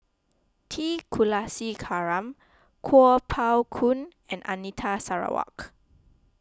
T Kulasekaram Kuo Pao Kun and Anita Sarawak